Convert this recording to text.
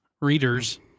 readers